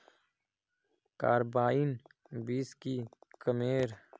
Carbine बीस की कमेर?